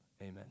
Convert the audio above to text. Amen